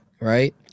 right